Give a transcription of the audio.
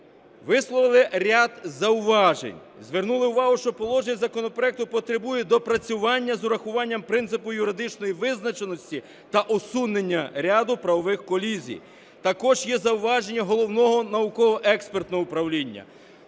висловили ряд зауважень, звернули увагу, що положення законопроекту потребують доопрацювання з урахуванням принципу юридичної визначеності та усунення ряду правових колізій. Також є зауваження Головного науково-експертного управління.